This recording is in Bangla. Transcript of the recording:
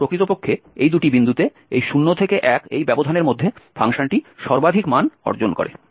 সুতরাং প্রকৃতপক্ষে এই দুটি বিন্দুতে এই 0 থেকে 1 এই ব্যবধানের মধ্যে ফাংশনটি সর্বাধিক মান অর্জন করে